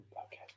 okay